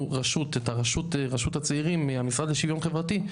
את רשות הצעירים מהמשרד לשוויון חברתי,